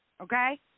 Okay